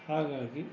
ಹಾಗಾಗಿ